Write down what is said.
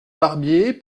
barbier